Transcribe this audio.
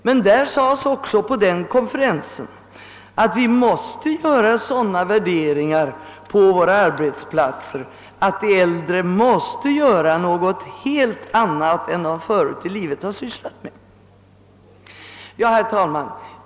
På konferensen sades emellertid också att vi måste anlägga sådana värderingar på våra arbetsplatser, att de äldre måste göra någonting helt annat än de förut i livet har sysslat med. Herr talman!